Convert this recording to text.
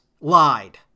lied